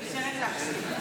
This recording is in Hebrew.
אני נשארת להקשיב.